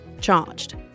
charged